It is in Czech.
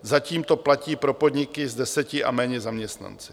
Zatím to platí pro podniky s deseti a méně zaměstnanci.